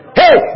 hey